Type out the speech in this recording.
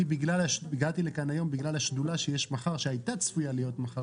הגעתי לכאן בגלל שהשדולה שהייתה צפויה להיות מחר